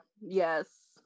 Yes